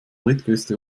drittgrößte